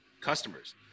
customers